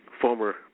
former